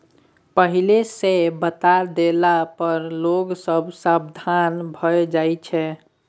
पहिले सँ बताए देला पर लोग सब सबधान भए जाइ छै